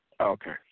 Okay